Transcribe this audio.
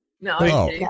no